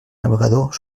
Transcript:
navegador